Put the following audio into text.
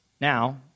Now